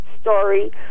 story